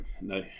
No